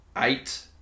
eight